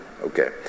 Okay